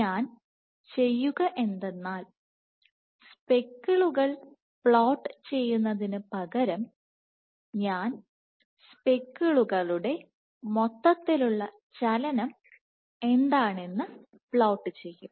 ഞാൻ ചെയ്യുക എന്തെന്നാൽ സ്പെക്കിളുകൾ പ്ലോട്ട് ചെയ്യുന്നതിന് പകരം ഞാൻ സ്പെക്കിളുകളുടെ മൊത്തത്തിലുള്ള ചലനം എന്താണെന്ന് പ്ലോട്ട് ചെയ്യും